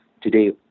Today